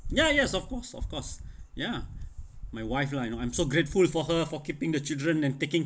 ya yes of course of course ya my wife lah you know I'm so grateful for her for keeping the children and taking